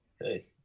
Hey